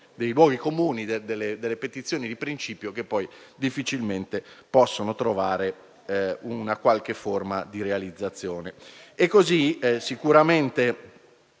a luoghi comuni, a petizioni di principio che difficilmente possono trovare una qualche forma di realizzazione. Si deve sicuramente